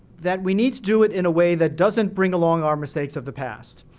that we need to do it in a way that doesn't bring along our mistakes of the past.